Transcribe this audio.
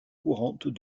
courantes